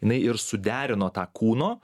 jinai ir suderino tą kūno